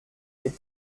mes